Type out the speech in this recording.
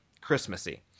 christmassy